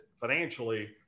financially